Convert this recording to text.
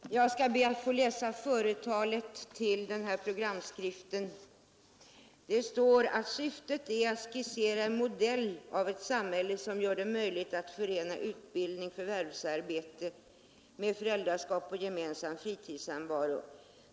Herr talman! Jag skall be att få läsa ur företalet till programskriften. Där står det: ”Syftet är att skissera en modell av ett socialistiskt samhälle, som gör det möjligt att förena utbildning-förvärvsarbete med föräldraskap och gemensam fritidssamvaro.